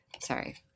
sorry